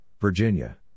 Virginia